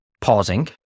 pausing